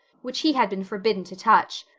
which he had been forbidden to touch.